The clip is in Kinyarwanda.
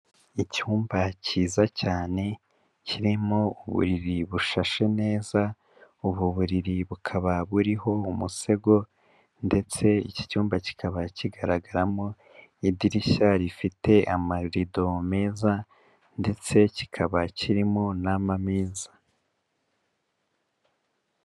Icyumba kiza cyane kirimo uburiri bushashe neza, ubu buriri bukaba buriho umusego ndetse iki cyumba kikaba kigaragaramo idirishya rifite amarido meza ndetse kikaba kirimo n'amameza.